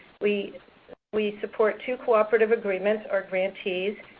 we we support two cooperative agreements or grantees,